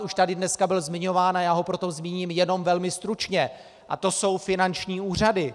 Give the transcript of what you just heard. Už tady dneska byl zmiňován, a já ho proto zmíním jenom velmi stručně, a to jsou finanční úřady.